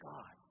God